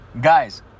guys